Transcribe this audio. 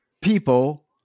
people